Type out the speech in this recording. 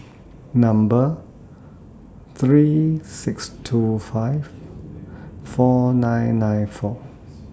Number three six two five four nine nine four